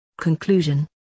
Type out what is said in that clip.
Conclusion